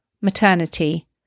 maternity